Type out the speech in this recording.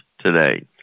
today